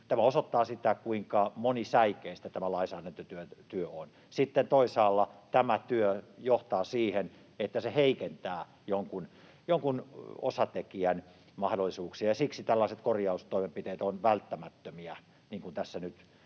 tämä osoittaa, kuinka monisäikeistä lainsäädäntötyö on, kun sitten toisaalla tämä työ johtaa siihen, että se heikentää jonkun osatekijän mahdollisuuksia. Siksi tällaiset korjaustoimenpiteet ovat välttämättömiä, niin kuin tässä nyt